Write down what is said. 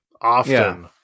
often